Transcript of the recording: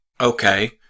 okay